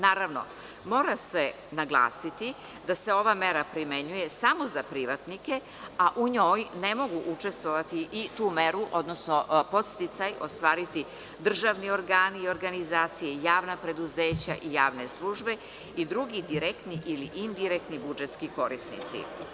Naravno, mora se naglasiti da se ova mera primenjuje samo za privatnike, a u njoj ne mogu učestvovati i tu meru, odnosno podsticaj, ostvariti državni organi i organizacije, javna preduzeća i javne službe i drugi direktni ili indirektni budžetski korisnici.